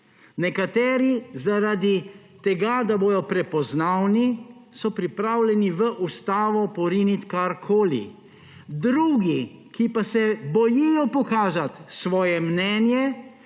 Nekateri so zaradi tega, da bodo prepoznavni, pripravljeni v ustavo poriniti karkoli, drugi, ki pa se bojijo pokazati svoje mnenje,